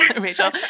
Rachel